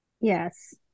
Yes